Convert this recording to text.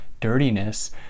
dirtiness